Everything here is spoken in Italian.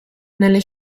nelle